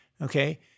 okay